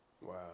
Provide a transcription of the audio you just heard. Wow